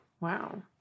wow